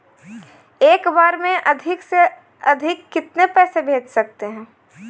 एक बार में अधिक से अधिक कितने पैसे भेज सकते हैं?